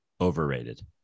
overrated